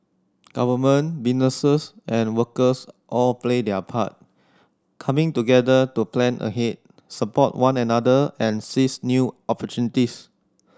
government businesses and workers all play their part coming together to plan ahead support one another and seize new opportunities